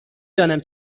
دانم